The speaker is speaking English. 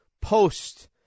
post